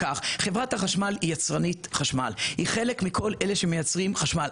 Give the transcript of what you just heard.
חברת החשמל היא יצרנית חשמל; היא חלק מכל אלה שמייצרים חשמל.